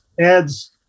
adds